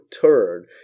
turn